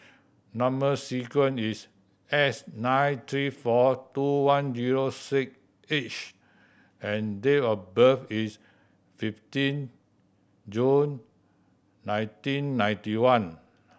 number sequence is S nine three four two one zero six H and date of birth is fifteen June nineteen ninety one